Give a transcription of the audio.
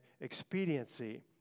expediency